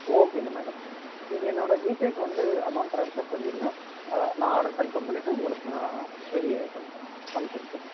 ஓகேங்க மேடம் நீங்கள் என்னோட ஜிபேக்கு வந்து அமௌன்ட் ட்ரான்ஸ்ஃபர் பண்ணிவிடுங்க நான் ஆர்ட்ரு கன்ஃபார்ம் பண்ணிவிட்டு உங்களுக்கு நான் ரெடி ஆயிட்றோம் மேடம் ஃபங்ஷன்க்கு